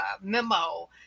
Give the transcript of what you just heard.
memo